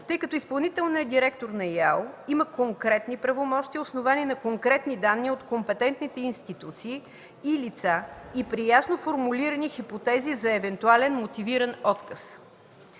тъй като изпълнителният директор на ИАЛ има конкретни правомощия, основани на конкретни данни от компетентните институции и лица и при ясно формулирани хипотези за евентуален мотивиран отказ.